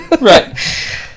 right